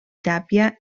tàpia